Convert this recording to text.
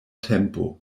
tempo